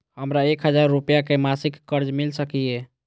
हमरा एक हजार रुपया के मासिक कर्ज मिल सकिय?